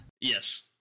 Yes